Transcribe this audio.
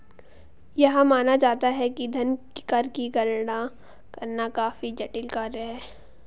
यह माना जाता है कि धन कर की गणना करना काफी जटिल कार्य है